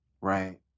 Right